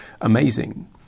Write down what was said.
amazing